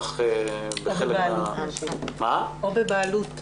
כך בחלק מה --- או בבעלות.